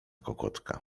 kokotka